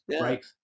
right